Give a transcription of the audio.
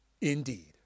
indeed